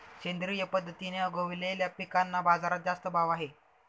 सेंद्रिय पद्धतीने उगवलेल्या पिकांना बाजारात जास्त भाव आहे